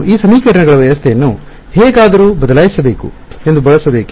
ಈ ಸಮೀಕರಣಗಳ ವ್ಯವಸ್ಥೆಯನ್ನು ನಾವು ಹೇಗಾದರೂ ಮಾಡಿ ಬದಲಾಯಿಸಬೇಕೆ